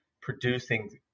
producing